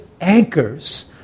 anchors